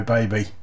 Baby